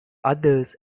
others